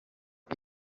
iki